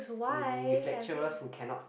uni with lecturers who cannot